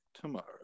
tomorrow